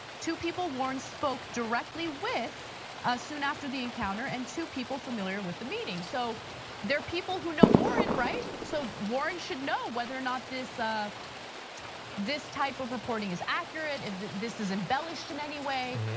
two people warren spoke directly with soon after the encounter and two people familiar with the meeting so they're people who know warren right? so warren should know whether or not this ah this type of reporting is accurate. if this is embellished in any way,